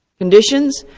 conditions,